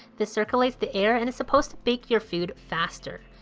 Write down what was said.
this circulates the air and is supposed to bake your food faster.